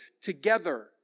together